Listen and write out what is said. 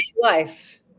life